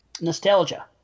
nostalgia